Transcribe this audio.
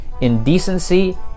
indecency